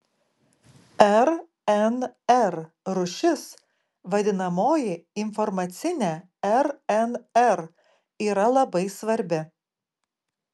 rnr rūšis vadinamoji informacinė rnr yra labai svarbi